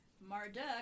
Marduk